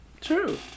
true